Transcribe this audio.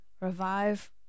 Revive